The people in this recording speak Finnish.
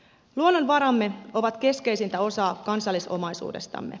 luonnonvaramme ovat keskeisintä osaa kansallisomaisuudestamme